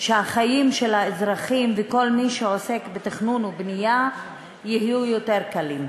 לעשות שהחיים של האזרחים וכל מי שעוסק בתכנון ובנייה יהיו יותר קלים.